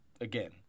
again